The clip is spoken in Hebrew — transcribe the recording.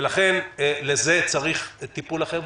ולכן לזה צריך טיפול אחר.